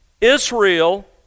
Israel